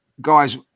guys